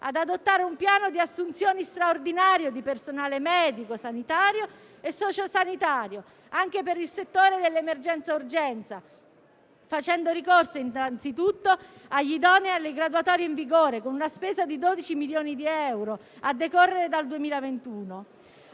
ad adottare un piano di assunzioni straordinario di personale medico, sanitario e socio-sanitario, anche per il settore dell'emergenza e urgenza, facendo ricorso innanzitutto agli idonei delle graduatorie in vigore, con una spesa di 12 milioni di euro, a decorrere dal 2021.